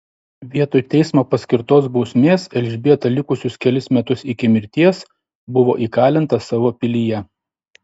vietoj teismo paskirtos bausmės elžbieta likusius kelis metus iki mirties buvo įkalinta savo pilyje